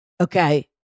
Okay